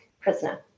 prisoner